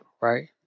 right